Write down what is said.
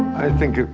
i think,